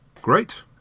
Great